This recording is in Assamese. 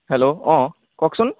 হেল্ল' অঁ কওকচোন